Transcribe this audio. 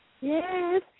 Yes